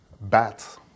bat